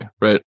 right